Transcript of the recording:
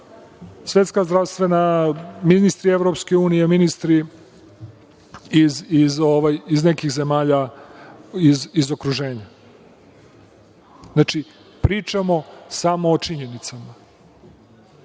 Svetska zdravstvena, ministri EU, ministri iz nekih zemalja iz okruženja. Znači, pričamo samo o činjenicama.